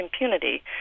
impunity